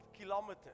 kilometers